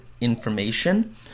information